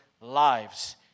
lives